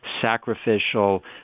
sacrificial